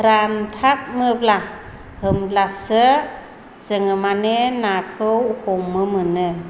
रानथारनोब्ला होनब्लासो जोङो माने नाखौ हमनो मोनो